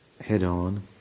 head-on